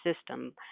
system